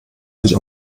sich